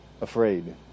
afraid